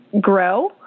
grow